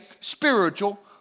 spiritual